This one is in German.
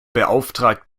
beauftragt